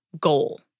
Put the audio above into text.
goal